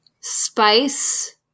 Spice